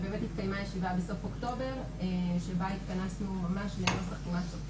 ובאמת התקיימה ישיבה בסוף אוקטובר שבה התקדמנו באמת לנוסח כמעט סופי.